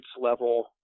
level